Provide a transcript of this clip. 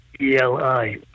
E-L-I